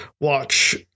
watch